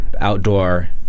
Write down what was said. outdoor